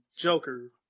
Joker